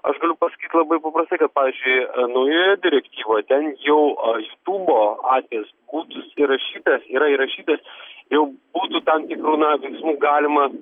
aš galiu pasakyt labai paprastai kad pavyzdžiui naujoje direktyvoje ten jau jutūbo atvejis būtų įrašytas yra įrašytas jau būtų tam tikrų na veiksmų galima